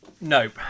Nope